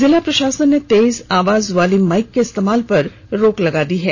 जिला प्रशासन ने तेज आवाज वाली माइक के इस्तेमाल पर भी रोक लगा दी है